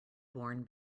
born